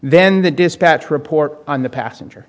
then the dispatch report on the passenger